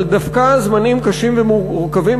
אבל דווקא זמנים קשים ומורכבים,